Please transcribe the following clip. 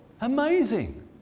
Amazing